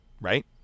Right